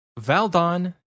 Valdon